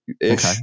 ish